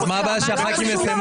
תיאורטית,